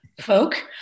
folk